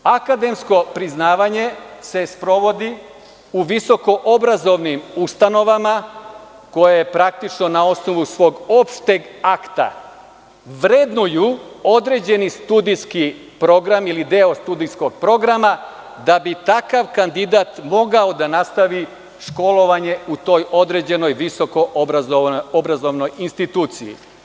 Akademsko priznavanje se sprovodi u visokoobrazovnim ustanovama, koje praktično na osnovu svog opšteg akta vrednuju studijski program ili deo studijskog programa, da bi takav kandidat mogao da nastavi školovanje u toj određenoj visokoobrazovnoj instituciji.